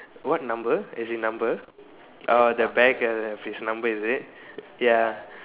what number as in number orh the back uh of his number is it ya